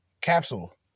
Capsule